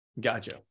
Gotcha